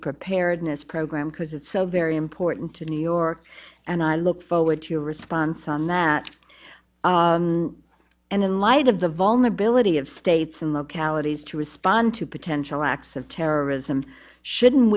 preparedness program because it's so very important to new york and i look forward to your response on that and in light of the vulnerability of states and localities to respond to potential acts of terrorism shouldn't